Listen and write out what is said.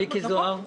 מיקי זוהר.